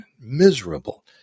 miserable